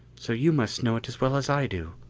so you must know it as well as i do.